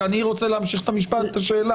כי אני רוצה להמשיך את השאלה.